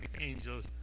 angels